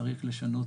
צריך לשנות,